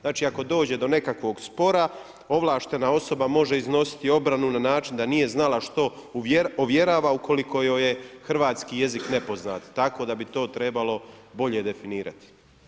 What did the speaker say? Znači ako dođe do nekakvog spora ovlaštena osoba može iznositi obranu na način da nije znala što uvjerava ukoliko joj je hrvatski jezik nepoznat tako da bi to trebalo bolje definirati.